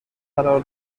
قرار